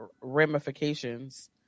ramifications